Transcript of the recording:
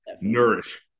nourish